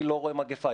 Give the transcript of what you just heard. אני לא רואה מגיפה.